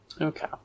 Okay